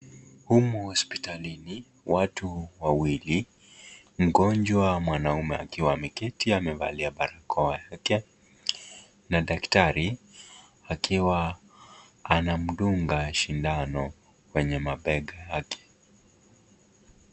Humu hospitalini watu wawili mgonjwa mwanaume akiwa ameketi amevalia barakoa yake, na daktari akiwa anamdunga sindano kwenye mabega yake.